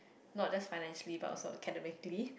not just financially but also academically